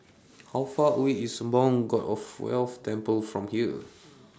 How Far away IS Sembawang God of Wealth Temple from here